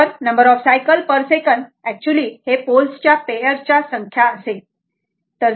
तर number of cycle per second actually हे पोल्सच्या पेयर ची संख्या असेल बरोबर